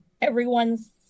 Everyone's